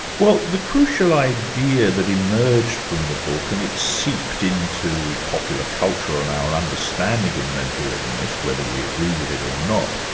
well the crucial idea that emerged from the book, and it seeped into popular culture and our understanding of mental illness, whether we agree with it or not,